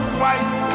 white